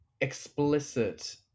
explicit